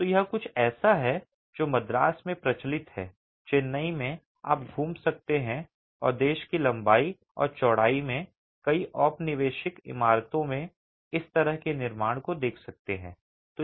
तो यह कुछ ऐसा है जो मद्रास में प्रचलित है चेन्नई में आप घूम सकते हैं और देश की लंबाई और चौड़ाई में कई औपनिवेशिक इमारतों में इस तरह के निर्माण को देख सकते हैं